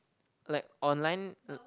like online